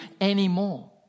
anymore